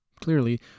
Clearly